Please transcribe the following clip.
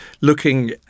looking